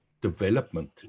development